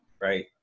right